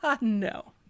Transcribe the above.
no